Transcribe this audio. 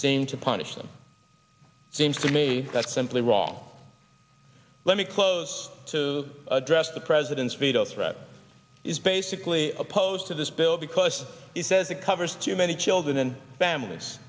seem to punish them seems to me that's simply wrong let me close to address the president's veto threat is basically opposed to this bill because it says it covers too many children and families